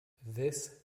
this